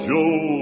Joe